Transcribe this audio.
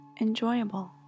enjoyable